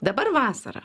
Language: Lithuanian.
dabar vasara